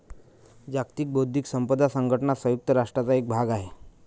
जागतिक बौद्धिक संपदा संघटना संयुक्त राष्ट्रांचा एक भाग आहे